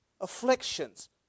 afflictions